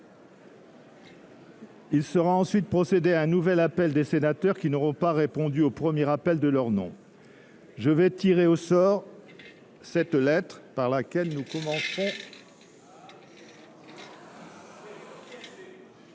il sera ensuite procédé à un nouvel appel des sénateurs qui n’auront pas répondu au premier appel de leur nom. Je vais tirer au sort la lettre par laquelle commencera